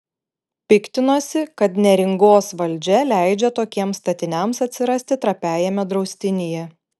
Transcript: piktinosi kad neringos valdžia leidžia tokiems statiniams atsirasti trapiajame draustinyje